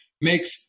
makes